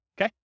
Okay